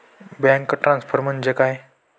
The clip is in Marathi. बँक ट्रान्सफर म्हणजे काय?